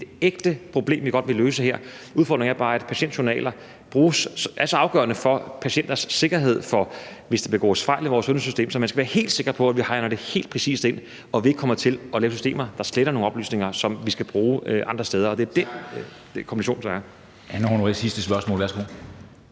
helt oplagt, ægte problem, vi godt vil løse. Udfordringen er bare, at patientjournaler er så afgørende for patienters sikkerhed, hvis der begås fejl i vores sundhedssystem. Så vi skal være helt sikre på, at vi hegner det helt præcist ind, og at vi ikke kommer til at lave systemer, der sletter nogle oplysninger, som vi skal bruge andre steder. Og det er så der, kommissionen er.